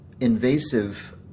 invasive